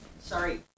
sorry